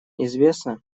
известно